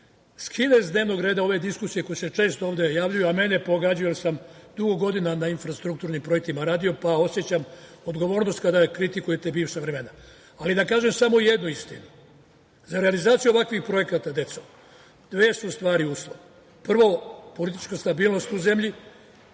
skine s dnevnog reda ove diskusije koje se često ovde javljaju, a mene pogađaju, jer sam dugo godina na infrastrukturnim projektima radio, pa osećam odgovornost kada kritikujete bivša vremena. Da kažem samo jednu istinu, za realizaciju ovakvih projekata, deco, dve su stvari uslov. Prvo, politička stabilnost u zemlji